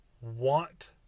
want